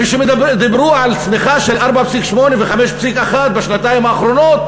כשדיברו על צמיחה של 4.8% ו-5.1% בשנתיים האחרונות,